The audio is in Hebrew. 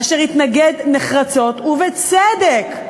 והתנגד נחרצות, ובצדק,